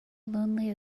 lonely